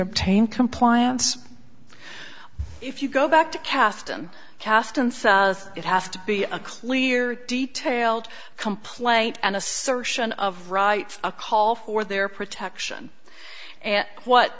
obtain compliance if you go back to cast and cast and it has to be a clear detailed complaint an assertion of rights a call for their protection and what